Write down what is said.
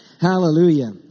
Hallelujah